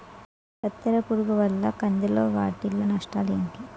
కత్తెర పురుగు వల్ల కంది లో వాటిల్ల నష్టాలు ఏంటి